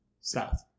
South